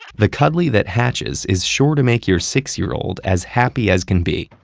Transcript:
the cuddly that hatches is sure to make your six year old as happy as can be.